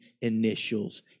initials